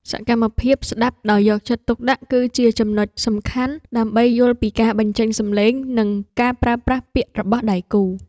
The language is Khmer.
សកម្មភាពស្ដាប់ដោយយកចិត្តទុកដាក់ គឺជាចំណុចសំខាន់ដើម្បីយល់ពីការបញ្ចេញសម្លេង និងការប្រើប្រាស់ពាក្យរបស់ដៃគូ។